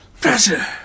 Pressure